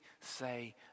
say